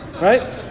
Right